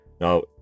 now